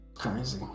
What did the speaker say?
crazy